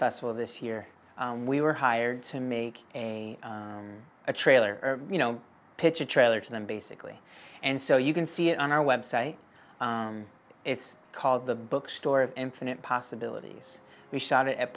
festival this year we were hired to make a a trailer you know pitch a trailer to them basically and so you can see it on our website it's called the bookstore of infinite possibilities we shot